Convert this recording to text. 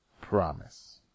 Promise